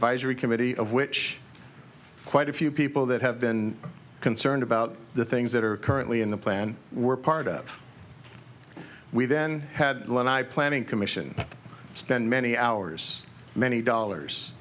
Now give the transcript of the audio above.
advisory committee of which quite a few people that have been concerned about the things that are currently in the plan were part of we then had learned i planning commission spend many hours many dollars